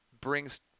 brings